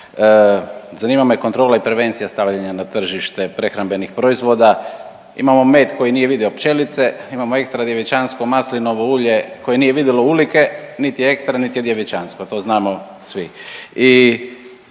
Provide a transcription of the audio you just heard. zanima me kontrola i prevencija stavljanja na tržište prehrambenih proizvoda. Imamo med koji nije vidio pčelice, imamo ekstra djevičansko maslinovo ulje koje nije vidilo ulike, niti je ekstra, niti je djevičansko, to znamo svi.